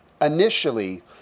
initially